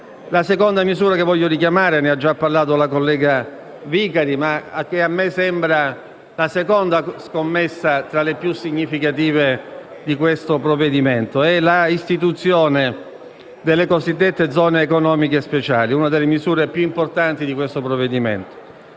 La seconda misura che voglio richiamare - ne ha già parlato la collega Vicari - che a me sembra la seconda scommessa tra le più significative di questo provvedimento, è l'istituzione delle cosiddette Zone economiche speciali: una delle misure più importanti di questo provvedimento.